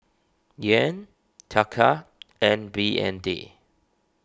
Yen Taka and B N D